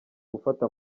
gufata